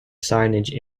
signage